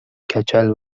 کچل